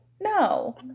no